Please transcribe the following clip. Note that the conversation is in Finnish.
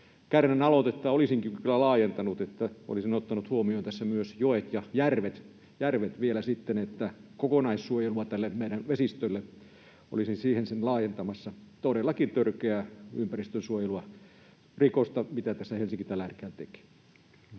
Kärnän aloitetta olisinkin kyllä laajentanut, että olisin ottanut huomioon tässä myös joet ja järvet vielä sitten, eli kokonaissuojelua tälle meidän vesistölle, olisin siihen sen laajentamassa. Todellakin on törkeää ympäristönsuojelurikosta, mitä tässä Helsinki tällä hetkellä tekee.